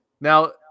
Now